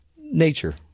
nature